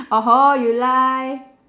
!oho! you lie